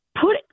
put